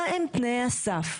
מהם תנאי הסף.